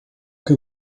que